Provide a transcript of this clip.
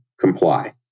comply